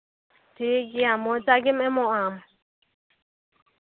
ᱴᱷᱤᱠ ᱜᱮᱭᱟ ᱢᱚᱡᱽ ᱟᱜ ᱜᱮᱢ ᱮᱢᱚᱜᱼᱟ